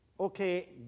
okay